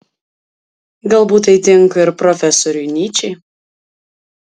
galbūt tai tinka ir profesoriui nyčei